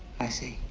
i see.